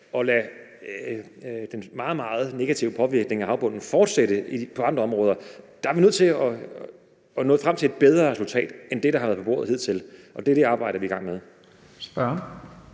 og lader den meget, meget negative påvirkning af havbunden fortsætte i andre områder. Der er vi nødt til at nå frem til et bedre resultat end det, der har været på bordet hidtil, og det er det arbejde, vi er i gang med.